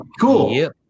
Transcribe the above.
Cool